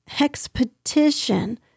Expedition